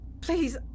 Please